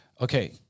Okay